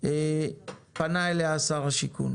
פנה אליה שר השיכון